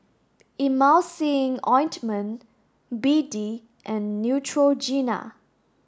Emulsying Ointment B D and Neutrogena